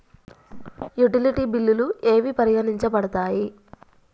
Utility బిల్లులు ఏవి పరిగణించబడతాయి?